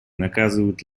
наказывают